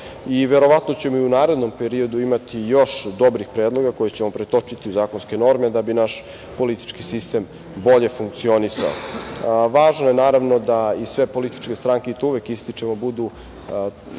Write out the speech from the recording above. Verovatno ćemo i u narednom periodu imati još dobrih predloga koje ćemo pretočiti u zakonske norme da bi naš politički sistem bolje funkcionisao. Važno je naravno da i sve političke strane, to uvek ističemo, budu